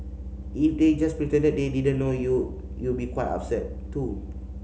if they just pretended they didn't know you you be quite upset too